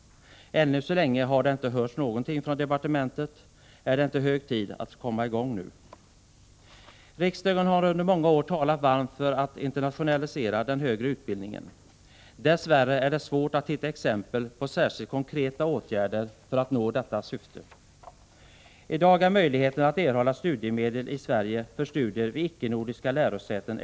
Ännu så länge har det inte hörts någonting från departementet. Är det inte hög tid att komma i gång nu? Riksdagen har under många år talat varmt för att internationalisera den högre utbildningen. Dess värre är det svårt att hitta exempel på särskilt konkreta åtgärder för att nå detta syfte. I dag är möjligheterna små att erhålla studiemedel i Sverige för studier vid exempelvis icke-nordiskt lärosäte.